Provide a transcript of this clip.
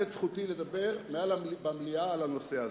את זכותי לדבר במליאה על הנושא הזה.